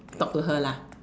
talk to her lah